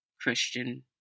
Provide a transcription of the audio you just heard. Christian